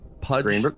Pudge